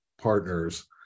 partners